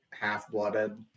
half-blooded